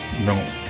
No